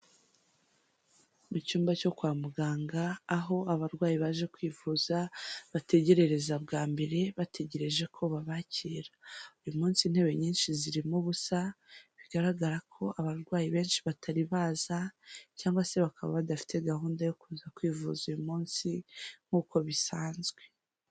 Mu cyumba cyo kwa muganga, aho abarwayi baje kwivuza bategerereza bwa mbere, bategereje ko babakira. Uyu munsi intebe nyinshi zirimo ubusa bigaragara ko abarwayi benshi batari baza cyangwa se bakaba badafite gahunda yo kuza kwivuza, uyu munsi nk'uko bisanzwe.